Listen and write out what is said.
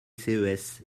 ces